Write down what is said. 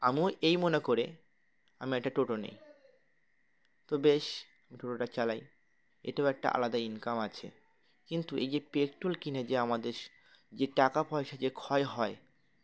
আমি এই মনে করে আমি একটা টোটো নিই তো বেশ আমি টোটোটা চালাই এটাও একটা আলাদা ইনকাম আছে কিন্তু এই যে পেট্রোল কিনে যে আমাদের যে টাকা পয়সা যে ক্ষয় হয়